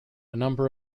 number